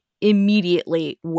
immediately